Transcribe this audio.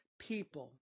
people